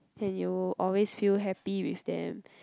and you'll always feel happy with them